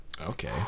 Okay